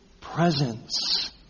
presence